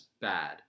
bad